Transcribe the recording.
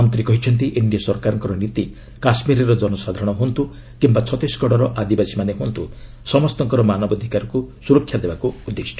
ମନ୍ତ୍ରୀ କହିଛନ୍ତି ଏନ୍ଡିଏ ସରକାରଙ୍କର ନୀତି କାଶ୍ମୀରର ଜନସାଧାରଣ ହ୍ରଅନ୍ତ କିମ୍ବା ଛତିଶଗଡ଼ର ଆଦିବାସୀମାନେ ହ୍ରଅନ୍ତ ସମସ୍ତଙ୍କର ମାନବାଧିକାରକୁ ସୁରକ୍ଷା ଦେବାକୁ ଉଦ୍ଦିଷ୍ଟ